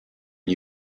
and